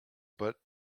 but